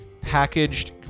packaged